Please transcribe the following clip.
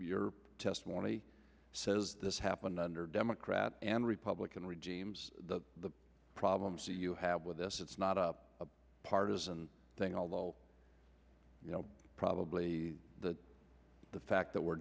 your testimony says this happened under democrat and republican regimes the problems you have with this it's not a partisan thing although you know probably the the fact that we're